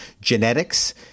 genetics